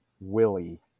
Willie